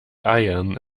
ian